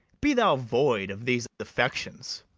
be thou void of these affections,